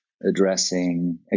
addressing